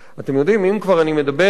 אם אני כבר מדבר על